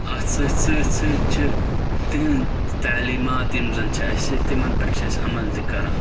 اَتھ سۭتۍ سۭتۍ سۭتۍ چھِ تِہنٛز تعلیٖمات یِم زَن چھِ اَسہِ تِمَن پٮ۪ٹھ چھِ أسۍ عمل تہِ کَران